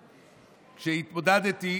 שהתמודדתי,